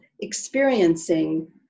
experiencing